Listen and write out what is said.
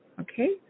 Okay